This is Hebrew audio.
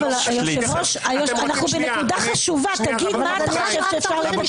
אנחנו היום כמו שכבודו בוודאי מכיר,